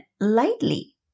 lightly